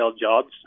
jobs